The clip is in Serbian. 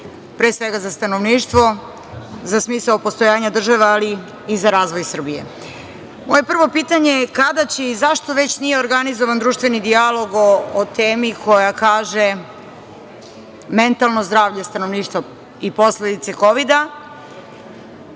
Pre svega za stanovništvo, za smisao postojanja države, ali i za razvoj Srbije. Moje prvo pitanje je, kada će i zašto već nije organizovan društveni dijalog o temi, koja kaže „Mentalno zdravlje stanovništva i posledice Kovida,